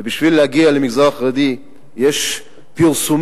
ובשביל להגיע למגזר החרדי יש פרסומים